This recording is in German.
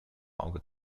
auge